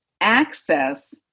access